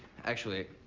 actually,